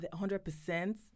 100%